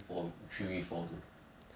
I mean the rank that that game very low also